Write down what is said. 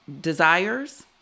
desires